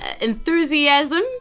enthusiasm